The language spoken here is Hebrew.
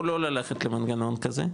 או לא ללכת למנגנון כזה,